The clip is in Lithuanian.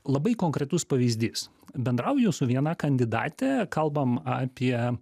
labai konkretus pavyzdys bendrauju su viena kandidate kalbam apie